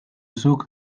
zeuk